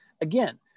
again